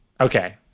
Okay